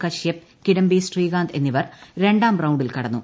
കശ്യപ് കിഡംബി ശ്രീകാന്ത് എന്നിവർ രണ്ടാർ റൌണ്ടിൽ കടന്നു